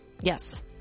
Yes